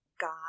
God